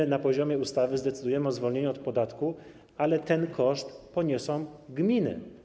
My na poziomie ustawy zdecydujemy o zwolnieniu z podatku, ale koszt poniosą gminy.